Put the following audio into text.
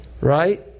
Right